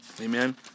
Amen